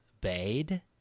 bade